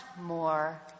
more